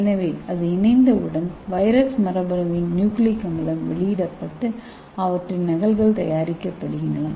எனவே அது இணைந்தவுடன் வைரஸ் மரபணுவின் நியூக்ளிக் அமிலம் வெளியிடப்பட்டு அவற்றின் நகல்கள் தயாரிக்கப்படுகின்றன